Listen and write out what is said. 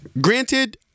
granted